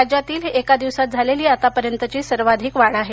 राज्यातील ही एका दिवसात झालेली आतापर्यंतची सर्वाधिक वाढ आहे